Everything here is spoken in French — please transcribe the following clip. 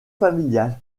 familial